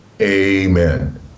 Amen